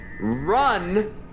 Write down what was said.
run